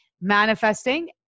manifesting